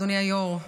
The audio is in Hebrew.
אדוני היו"ר,